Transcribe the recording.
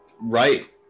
Right